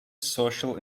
social